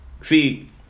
see